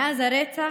מאז הרצח,